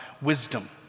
wisdom